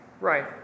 Right